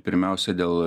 pirmiausia dėl